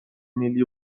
ملی